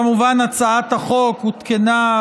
הצעת החוק הותקנה,